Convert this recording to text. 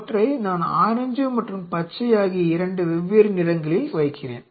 அவற்றை நான் ஆரஞ்சு மற்றும் பச்சை ஆகிய இரண்டு வெவ்வேறு நிறங்களில் வைக்கிறேன்